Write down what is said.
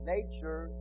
Nature